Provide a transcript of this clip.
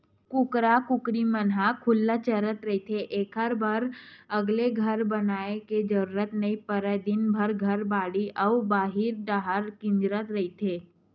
कुकरा कुकरी मन ह खुल्ला चरत रहिथे एखर बर अलगे घर बनाए के जरूरत नइ परय दिनभर घर, बाड़ी अउ बाहिर डाहर किंजरत रहिथे